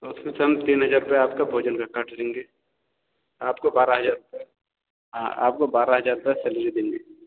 तो उसमें चंद के नजर परआपका भोजन का काट लेंगे आपको बारह हजार रुपये हाँ आपको बारह हजार रुपये सेलेरी देंगे